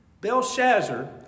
Belshazzar